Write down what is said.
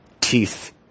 teeth